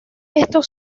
estos